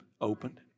opened